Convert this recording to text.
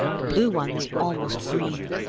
the blue ones almost green.